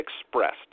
expressed